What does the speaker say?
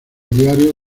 diario